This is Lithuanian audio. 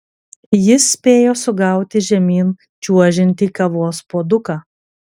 jis spėjo sugauti žemyn čiuožiantį kavos puoduką